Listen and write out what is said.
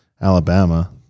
Alabama